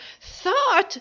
thought